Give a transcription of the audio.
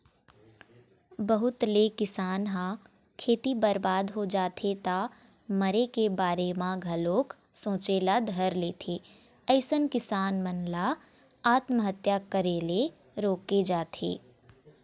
बहुत ले किसान ह खेती बरबाद हो जाथे त मरे के बारे म घलोक सोचे ल धर लेथे अइसन किसान मन ल आत्महत्या करे ले रोके जाथे